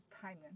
time